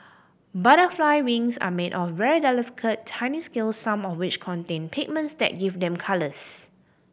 butterfly wings are made of very delicate tiny scales some of which contain pigments that give them colours